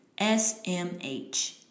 SMH